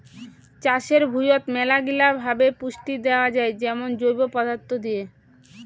চাষের ভুঁইয়ত মেলাগিলা ভাবে পুষ্টি দেয়া যাই যেমন জৈব পদার্থ দিয়ে